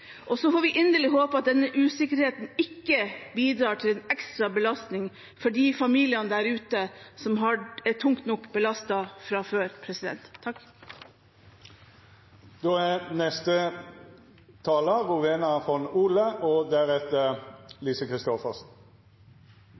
det. Så får vi inderlig håpe at denne usikkerheten ikke bidrar til en ekstra belastning for de familiene der ute som er tungt nok belastet fra før. Jeg legger merke til at flere representanter holder innlegg fulle av følelser. Det er